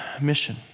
mission